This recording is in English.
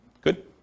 Good